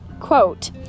quote